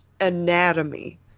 anatomy